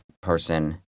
person